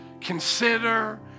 consider